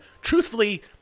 truthfully